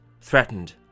threatened